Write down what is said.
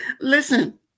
Listen